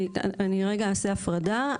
אני רגע אעשה הפרדה.